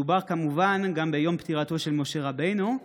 מדובר, כמובן, גם ביום פטירתו של משה רבנו.